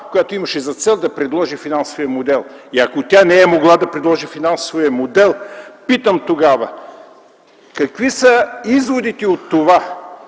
която имаше за цел да предложи финансовия модел. Ако тя не е могла да предложи финансовия модел, питам тогава: какви са изводите от това,